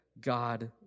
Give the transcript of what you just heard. God